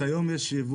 היום יש יבוא מגביל.